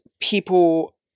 People